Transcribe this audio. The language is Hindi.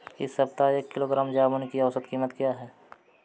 इस सप्ताह एक किलोग्राम जामुन की औसत कीमत क्या है?